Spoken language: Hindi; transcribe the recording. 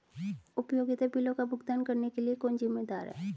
उपयोगिता बिलों का भुगतान करने के लिए कौन जिम्मेदार है?